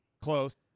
Close